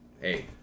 hey